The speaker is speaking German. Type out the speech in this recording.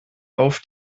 auf